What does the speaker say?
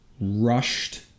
rushed